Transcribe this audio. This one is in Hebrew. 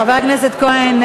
חבר הכנסת כהן,